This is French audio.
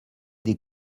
des